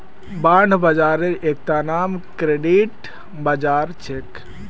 bond बाजारेर एकता नाम क्रेडिट बाजार छेक